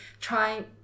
try